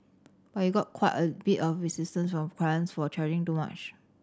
but you got quite a bit of resistance from clients for charging so much